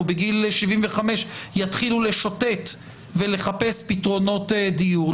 או בגיל 75 יתחילו לשוטט ולחפש פתרונות דיור.